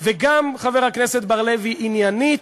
וגם, חבר הכנסת בר-לב, היא עניינית,